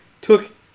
took